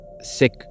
sick